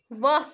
وکھ